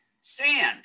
sand